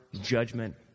judgment